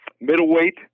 middleweight